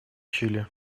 чили